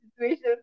situations